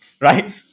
right